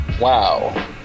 Wow